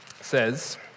says